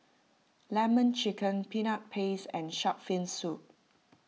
Lemon Chicken Peanut Paste and Shark's Fin Soup